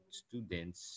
students